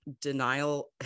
Denial